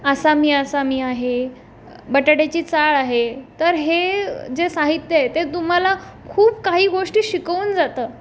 असा मी असामी आहे बटाट्याची चाळ आहे तर हे जे साहित्य आहे ते तुम्हाला खूप काही गोष्टी शिकवून जातं